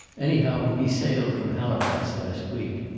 anyhow, he sailed from halifax last week.